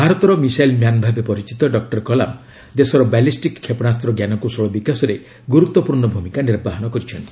ଭାରତର missile man ଭାବେ ପରିଚିତ ଡକୁର କଲାମ ଦେଶର ବାଲିଷ୍ଟିକ୍ କ୍ଷେପଣାସ୍ତ୍ର ଜ୍ଞାନକୌଶଳ ବିକାଶରେ ଗୁରୁତ୍ୱପୂର୍ଣ୍ଣ ଭୂମିକା ନିର୍ବାହନ କରିଛନ୍ତି